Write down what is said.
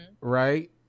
Right